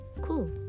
cool